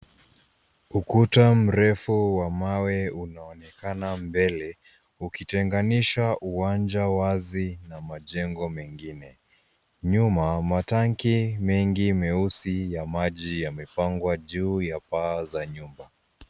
Ukuta mrefu wa mawe unaonekana mbele. Ukitenganisha uwanja wazi na majengo mengine. Nyuma matanki mengi meusi ya maji yamepangwa juu ya paa za nyumba.